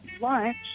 lunch